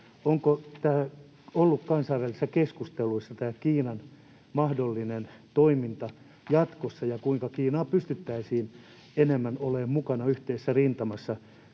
Onko ollut kansainvälisissä keskusteluissa tämä Kiinan mahdollinen toiminta jatkossa? Ja kuinka Kiina pystyttäisiin enemmän ottamaan mukaan yhteiseen rintamaan,